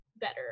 better